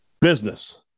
business